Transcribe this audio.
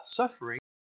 suffering